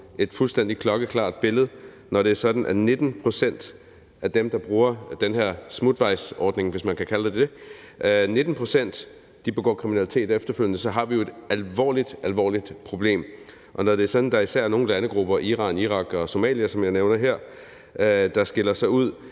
et fuldstændig klokkeklart billede, når det er sådan, at 19 pct. af dem, der bruger den her smutvejsordning, hvis man kan kalde den det, begår kriminalitet efterfølgende. Så har vi jo et meget alvorligt problem. Og når det er sådan, at der især er nogle landegrupper, Iran, Irak og Somalia, som jeg har nævnt her, der skiller sig ud,